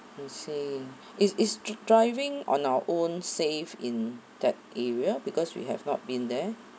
I see is is driving on our own safe in that area because we have not been there